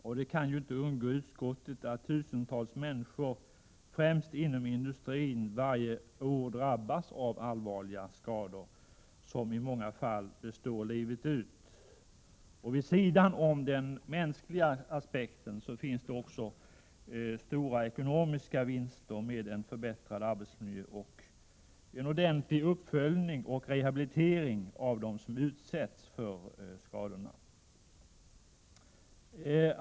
Utskottet har inte kunnat undgå att få vetskap om att tusentals människor, främst inom industrin, varje år drabbas av allvarliga skador, som i många fall består livet ut. Vid sidan om den mänskliga aspekten finns också stora ekonomiska vinster att göra med en förbättrad arbetsmiljö och en ordentlig uppföljning och rehabilitering av dem som utsatts för arbetsskador.